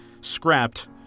scrapped